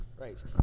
Right